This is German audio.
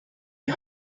die